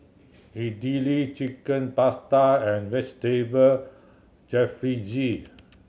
Idili Chicken Pasta and Vegetable Jalfrezi